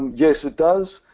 yes it does